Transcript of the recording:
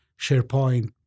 SharePoint